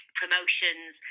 promotions